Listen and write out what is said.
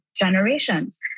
generations